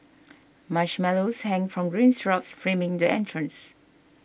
marshmallows hang from green shrubs framing the entrance